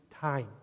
time